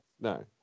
no